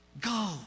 go